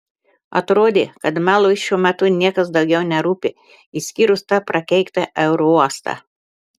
atrodė kad melui šiuo metu niekas daugiau nerūpi išskyrus tą prakeiktą aerouostą